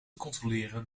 controleren